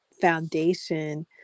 foundation